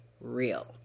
real